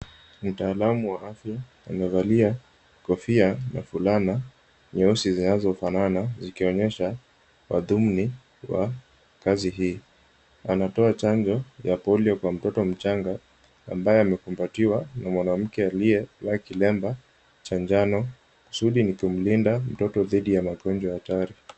Mtaalamu wa afia amevalia kofia na fulana nyeusi zinazofanana, zikionyesha mathumni wa kazi hii. Anatoa chanjo ya Polio kwa mtoto mchanga, ambaye amekumbatiwa na mwanamke aliyevaa kilemba cha njano. Kusudi ni kumlinda mtoto dhidi ya magonjwa hatari.